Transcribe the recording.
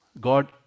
God